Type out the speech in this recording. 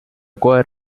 koer